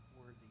worthy